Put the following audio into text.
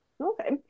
Okay